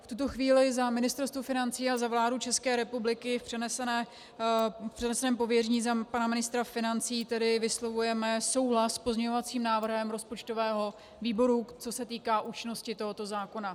V tuto chvíli za Ministerstvo financí a za vládu České republiky v přeneseném pověření za pana ministra financí tedy vyslovujeme souhlas s pozměňovacím návrhem rozpočtového výboru, co se týká účinnosti tohoto zákona.